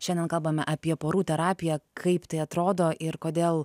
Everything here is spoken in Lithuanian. šiandien kalbame apie porų terapiją kaip tai atrodo ir kodėl